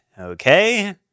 Okay